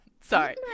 Sorry